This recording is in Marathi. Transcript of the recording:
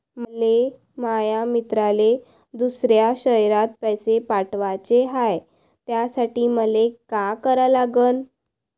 मले माया मित्राले दुसऱ्या शयरात पैसे पाठवाचे हाय, त्यासाठी मले का करा लागन?